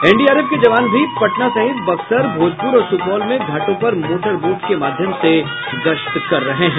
NDRF के जवान भी पटना सहित बक्सर भोजपुर और सुपौल में घाटों पर मोटर बोट के माध्यम से गश्त कर रहे हैं